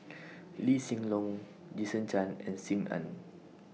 Lee Hsien Loong Jason Chan and SIM Ann